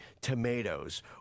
tomatoes